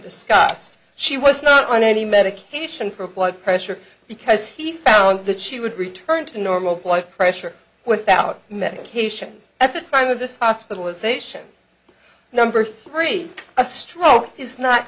discussed she was not on any medication for blood pressure because he found that she would return to normal blood pressure without medication at the time of this hospitalization number three a stroke is not